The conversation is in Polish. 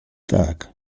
tak